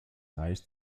reich